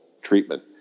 treatment